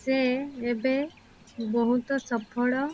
ସେ ଏବେ ବହୁତ ସଫଳ